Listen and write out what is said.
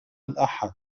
الأحد